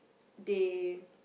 they